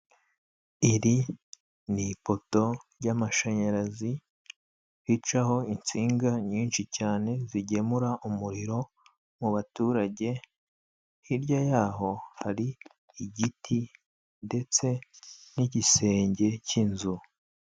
Iri ni ipoto ry'amashanyarazi ricaho insinga nyinshi cyane zigemura umuriro mu baturage, hirya yaho hari igiti ndetse n'igisenge cy'inzu.